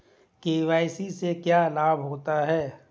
KYC से क्या लाभ होता है?